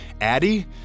Addie